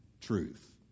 truth